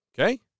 Okay